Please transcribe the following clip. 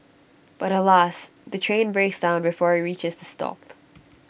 but alas the train breaks down before IT reaches the stop